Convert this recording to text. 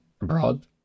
abroad